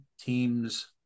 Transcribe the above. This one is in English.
teams